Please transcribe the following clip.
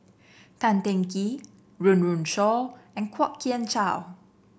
Tan Teng Kee Run Run Shaw and Kwok Kian Chow